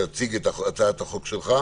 תציג את הצעת החוק שלך.